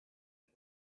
and